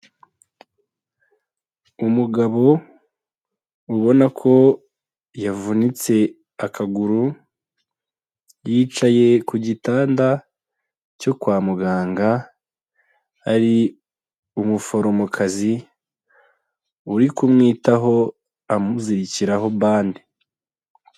Umugabo ubona ko yavunitse akaguru, yicaye ku gitanda cyo kwa muganga hari umuforomokazi uri kumwitaho amuzikiraho bande.